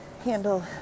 handle